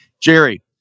Jerry